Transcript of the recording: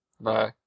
Bye